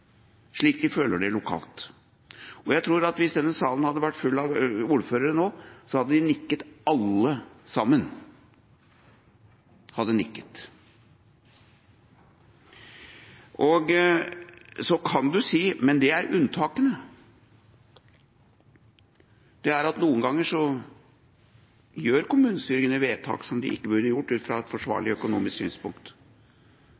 slik de føler det lokalt. Jeg tror at hvis denne salen hadde vært full av ordførere nå, hadde de nikket alle sammen – alle sammen hadde nikket. Så kan man si, men det er unntakene, at noen ganger fatter kommunestyrene vedtak som de ikke burde fattet ut fra et forsvarlig økonomisk synspunkt.